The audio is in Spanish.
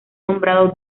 nombrado